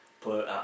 put